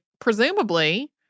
presumably